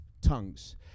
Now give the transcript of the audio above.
tongues